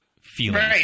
feelings